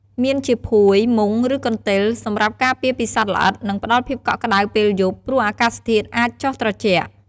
មានជាភួយ មុង ឬកន្ទេល សម្រាប់ការពារពីសត្វល្អិត និងផ្តល់ភាពកក់ក្តៅពេលយប់ ព្រោះអាកាសធាតុអាចចុះត្រជាក់។